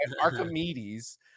Archimedes